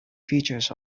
features